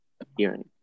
appearing